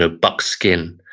ah buckskin.